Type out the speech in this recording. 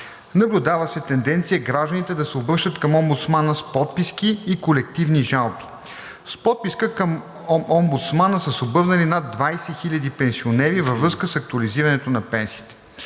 Наблюдава се тенденция гражданите да се обръщат към омбудсмана с подписки и колективни жалби. С подписка към омбудсмана са се обърнали над 20 хиляди пенсионери във връзка с актуализирането на пенсиите.